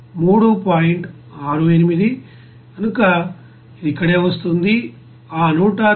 68 కనుక ఇది ఇక్కడే వస్తుంది ఆ 193